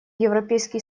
европейский